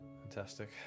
fantastic